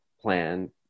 plan